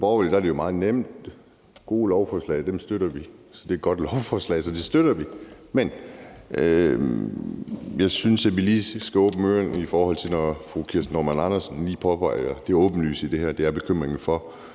Borgerlige er det jo meget nemt. Gode lovforslag støtter vi, og det er et godt lovforslag, så det støtter vi. Men jeg synes, at vi skal slå ørerne ud, når fru Kirsten Normann Andersen lige påpeger det åbenlyse i det her. Det er bekymringen for,